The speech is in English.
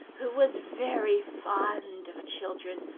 who was very fond of children,